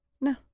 No